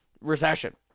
recession